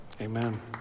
Amen